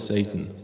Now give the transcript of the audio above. Satan